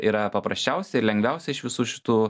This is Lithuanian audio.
yra paprasčiausia ir lengviausia iš visų šitų